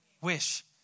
Wish